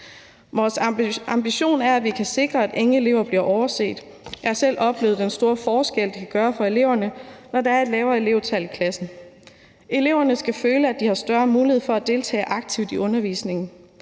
Vores ambition er, at vi kan sikre, at ingen elever bliver overset. Jeg har selv oplevet den store forskel, det kan gøre for eleverne, når der er et lavere elevtal i klassen. Eleverne skal føle, at de har større mulighed for at deltage aktivt i undervisningen.